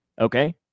Okay